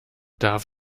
darf